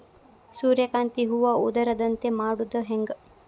ಸೂರ್ಯಕಾಂತಿ ಹೂವ ಉದರದಂತೆ ಮಾಡುದ ಹೆಂಗ್?